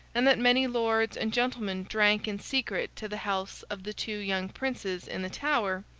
and that many lords and gentlemen drank in secret to the healths of the two young princes in the tower,